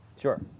Sure